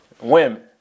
women